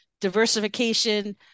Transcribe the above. diversification